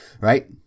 right